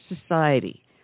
society